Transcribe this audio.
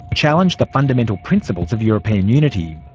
challenge the fundamental principles of european unity.